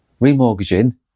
Remortgaging